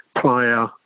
player